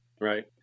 right